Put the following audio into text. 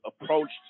approached